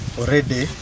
already